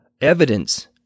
evidence